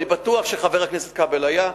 אני בטוח שחבר הכנסת כבל היה,